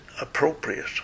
appropriate